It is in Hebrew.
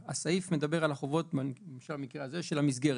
הסעיף מדבר על החובות, למשל במקרה הזה של המסגרת.